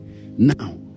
Now